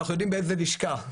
אנחנו יודעים באיזו לשכה,